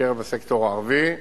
בקרב הסקטור הערבי.